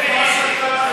אל תשווה.